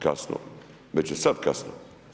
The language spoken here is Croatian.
Kasno, već je sada kasno.